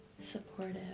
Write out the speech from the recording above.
supportive